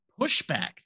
pushback